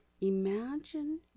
Imagine